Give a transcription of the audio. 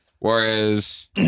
Whereas